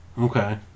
Okay